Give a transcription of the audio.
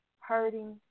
hurting